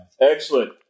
Excellent